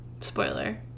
Spoiler